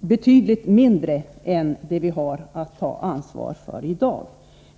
betydligt mindre än det vi har att ta ansvar för i dag.